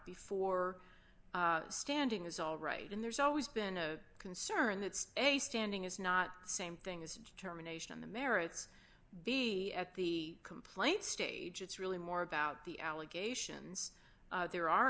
before standing is all right and there's always been a concern that a standing is not the same thing as termination on the merits the at the complaint stage it's really more about the allegations there are